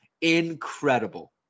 Incredible